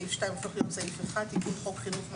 סעיף 2 הופך להיות סעיף 1: תיקון חוק חינוך ממלכתי,